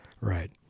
Right